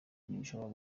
bishobora